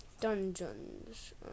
Dungeons